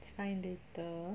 find later